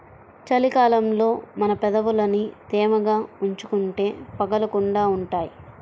చలి కాలంలో మన పెదవులని తేమగా ఉంచుకుంటే పగలకుండా ఉంటాయ్